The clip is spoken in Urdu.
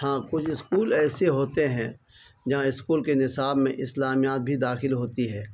ہاں کچھ اسکول ایسے ہوتے ہیں جہاں اسکول کے نصاب میں اسلامیات بھی داخل ہوتی ہے